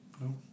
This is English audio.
No